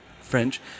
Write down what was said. French